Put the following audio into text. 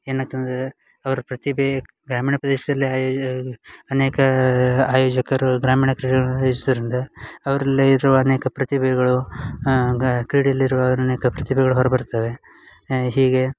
ಏನಾಗ್ತದೆ ಅಂದರೆ ಅವ್ರ ಪ್ರತಿಭೆ ಗ್ರಾಮೀಣ ಪ್ರದೇಶದಲ್ಲೇ ಅನೇಕ ಆಯೋಜಕರು ಗ್ರಾಮೀಣ ಅವರಲ್ಲೇ ಇರುವ ಅನೇಕ ಪ್ರತಿಭೆಗಳು ಗಾ ಕ್ರೀಡೆಯಲ್ಲಿರುವ ಅನೇಕ ಪ್ರತಿಭೆಗಳು ಹೊರ ಬರ್ತವೆ ಹೀಗೆ